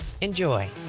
Enjoy